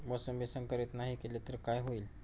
मोसंबी संकरित नाही केली तर काय होईल?